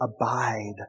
abide